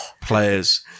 players